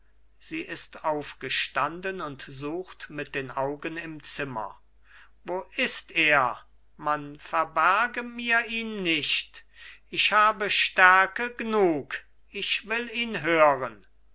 sie ist aufgestanden und sucht mit den augen im zimmer wo ist er man verberge mir ihn nicht ich habe stärke gnug ich will ihn hören